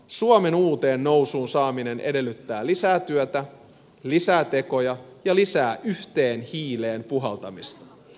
suomen uuteen nousuun saaminen edellyttää lisää työtä lisää tekoja ja lisää yhteen hiileen puhaltamista